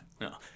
No